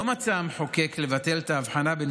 לא מצא המחוקק לבטל את ההבחנה בין